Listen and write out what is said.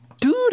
Dude